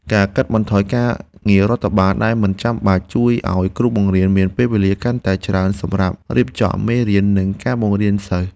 ការកាត់បន្ថយការងាររដ្ឋបាលដែលមិនចាំបាច់ជួយឱ្យគ្រូបង្រៀនមានពេលវេលាកាន់តែច្រើនសម្រាប់រៀបចំមេរៀននិងការបង្រៀនសិស្ស។